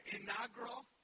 inaugural